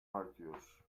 artıyor